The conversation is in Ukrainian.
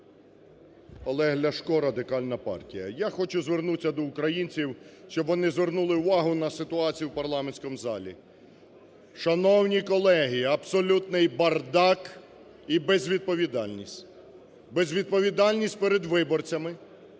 Олег Ляшко, Радикальна партія. Я хочу звернутися до українців, щоб вони звернули увагу на ситуацію в парламентському залі. Шановні колеги, абсолютний бардак і безвідповідальність. Безвідповідальність перед виборцями,